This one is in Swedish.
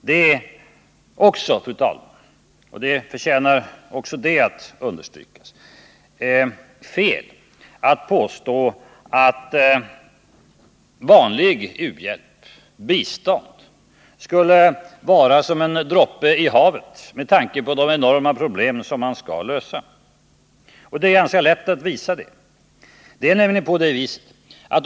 Det är också fel att påstå att vanlig u-hjälp, bistånd, skulle vara som en droppe i havet med tanke på de enorma problem som man skall lösa. Det är ganska lätt att visa.